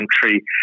country